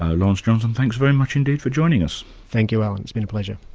ah lawrence johnson, thanks very much indeed for joining us. thank you, alan, it's been a pleasure.